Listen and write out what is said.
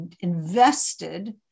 invested